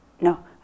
No